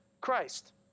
Christ